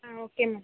ah okay ma'am